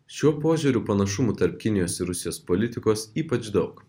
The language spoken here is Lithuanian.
šiuo požiūriu panašumų tarp kinijos ir rusijos politikos ypač daug